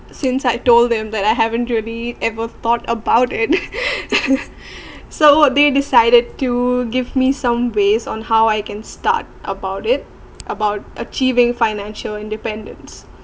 since I told them that I haven't really ever thought about it so they decided to give me some ways on how I can start about it about achieving financial independence